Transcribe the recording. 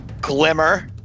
Glimmer